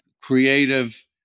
creative